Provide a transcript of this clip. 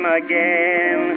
again